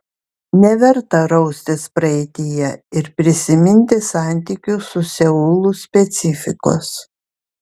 neverta raustis praeityje ir prisiminti santykių su seulu specifikos